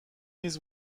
نیز